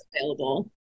available